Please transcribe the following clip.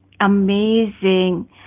amazing